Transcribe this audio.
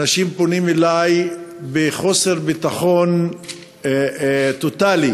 אנשים פונים אלי בחוסר ביטחון טוטלי.